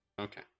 Okay